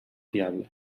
fiable